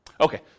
Okay